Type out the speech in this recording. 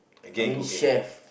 I mean chef